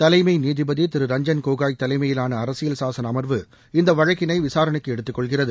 தலைமை நீதிபதி திரு ரஞ்சன் கோகாய் தலைமையிலான அரசியல் சாசன அமர்வு இந்த வழக்கினை விசாரணைக்கு எடுத்துக்கொள்கிறது